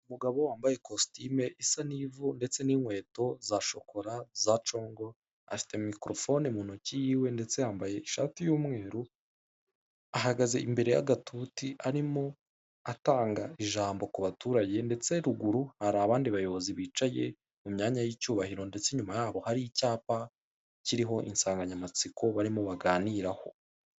Umugabo wambaye kositime isa n'ivu, ndetse n'inkweto za shokora, za congo, afite mikorofone mu ntoki yiwe ndetse yambaye ishati y'umweru, ahagaze imbere y'agatuti arimo atanga ijambo ku baturage, ndetse ruguru hari abandi bayobozi bicaye mu myanya y'icyubahiro, ndetse inyuma yabo hari icyapa, kiriho insanganyamatsiko bariho baganiraho.